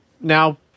now